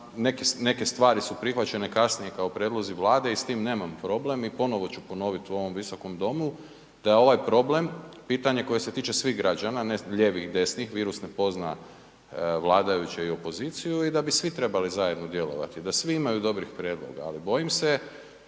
neke stvari su prihvaćene kasnije kao prijedlozi Vlade i s tim nemam problem i ponovo ću ponovit u ovom visokom domu da je ovaj problem pitanje koje se tiče svih građana, ne ljevih, desnih, virus ne pozna vladajuće i opoziciju i da bi svi trebali zajedno djelovati, da svi imaju dobrih prijedloga, ali bojim se